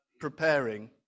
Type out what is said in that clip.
preparing